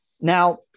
Now